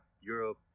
Europe